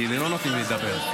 כי לא נותנים לי לדבר,